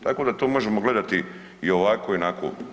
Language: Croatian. Tako da to možemo gledati i ovako i onako.